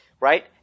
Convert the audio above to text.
right